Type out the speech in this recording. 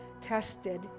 tested